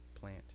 plant